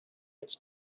its